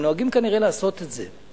הם נוהגים כנראה לעשות את זה.